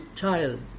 child